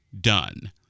done